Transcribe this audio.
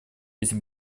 если